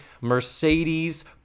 Mercedes